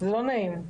לא נעים.